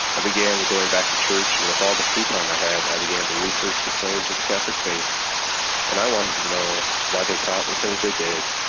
i began going back to church and with all the free time i had, i began to research the claims of the catholic faith and i wanted to know why they taught the things they did.